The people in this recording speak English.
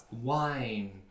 wine